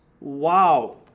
Wow